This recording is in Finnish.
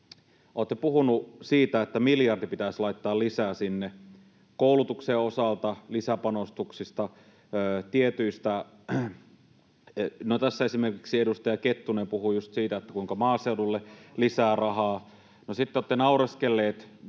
Olette puhuneet siitä, että miljardi pitäisi laittaa lisää sinne koulutuksen osalta, lisäpanostuksista, tietyistä... No, tässä esimerkiksi edustaja Kettunen puhui just siitä, kuinka maaseudulle lisää rahaa. Sitten te olette naureskelleet